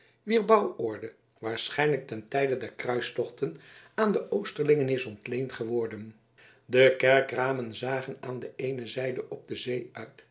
wier bouworde waarschijnlijk ten tijde der kruistochten aan de oosterlingen is ontleend geworden de kerkramen zagen aan de eene zijde op de zee